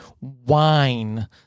wine